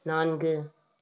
நான்கு